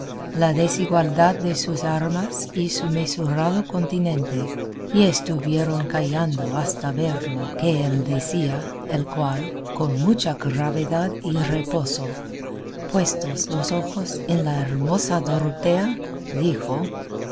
la desigualdad de sus armas y su mesurado continente y estuvieron callando hasta ver lo que él decía el cual con mucha gravedad y reposo puestos los ojos en la hermosa dorotea dijo